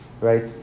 right